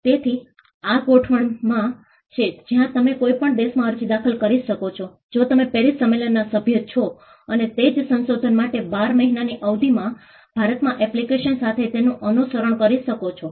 તેથી આ ગોઠવણમાં છે જ્યાં તમે કોઈ પણ દેશમાં અરજી દાખલ કરી શકો છો જો તમે પેરિસ સંમેલનના સભ્ય છો અને તે જ સંશોધન માટે 12 મહિનાની અવધિમાં ભારતમાં એપ્લિકેશન સાથે તેનું અનુસરણ કરી શકો છો